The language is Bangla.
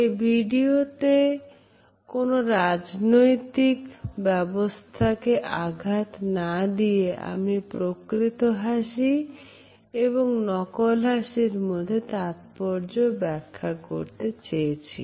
এই ভিডিও তে কোন রাজনৈতিক ব্যবস্থাকে আঘাত না দিয়ে আমি প্রকৃত হাসি এবং নকল হাসির মধ্যে তাৎপর্য ব্যাখ্যা করতে চেয়েছি